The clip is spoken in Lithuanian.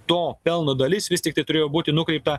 to pelno dalis vis tiktai turėjo būti nukreipta